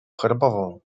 herbową